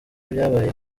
byabaye